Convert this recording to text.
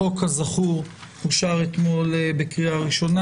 החוק, כזכור, אושר אתמול בקריאה ראשונה.